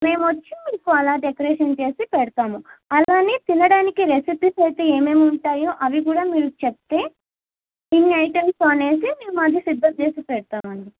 మేము వచ్చి మీకు అలా డెకరేషన్ చేసి పెడతాము అలానే తినడానికి రెసిపీస్ అయితే ఏమేమి ఉంటాయో అవి కూడా మీరు చెప్తే ఇన్ని ఐటమ్స్ అనేసి మేము అది సిద్ధం చేసి పెడతామండి